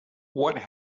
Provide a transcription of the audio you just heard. what